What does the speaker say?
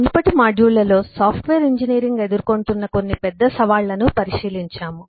మునుపటి మాడ్యూళ్ళలో software engineering ఎదుర్కొంటున్న కొన్ని పెద్ద సవాళ్లను పరిశీలించాము